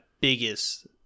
biggest